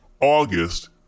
August